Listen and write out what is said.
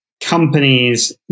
companies